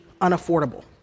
unaffordable